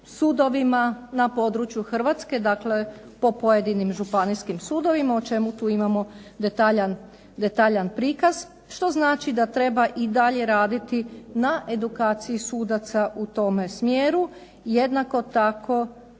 sudovima na području Hrvatske. Dakle, po pojedinim županijskim sudovima o čemu tu imamo detaljan prikaz što znači da treba i dalje raditi na edukaciji sudaca u tome smjeru. Jednako tako